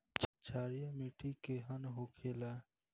क्षारीय मिट्टी केहन होखेला?